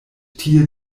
tie